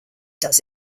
does